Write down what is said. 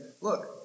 look